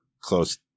close